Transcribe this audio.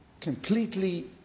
completely